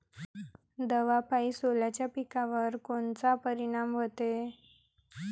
दवापायी सोल्याच्या पिकावर कोनचा परिनाम व्हते?